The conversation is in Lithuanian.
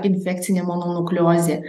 infekcinė mononukleozė